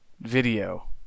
video